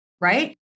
Right